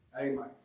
Amen